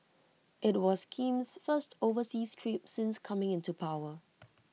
IT was Kim's first overseas trip since coming into power